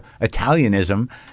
italianism